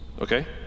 Okay